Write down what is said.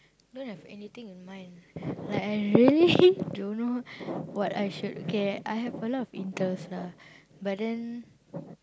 don't have anything in mind like I really don't know what I should okay I have a lot of interest lah but then